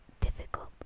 difficult